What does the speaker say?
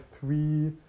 three